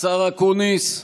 השר אקוניס,